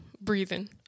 breathing